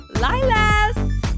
lilas